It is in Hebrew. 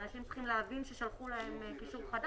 כאשר N2,